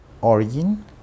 origin